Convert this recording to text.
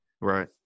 right